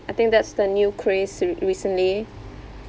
I think that's the new craze re~ recently